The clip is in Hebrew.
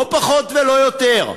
לא פחות ולא יותר,